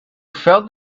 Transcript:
felt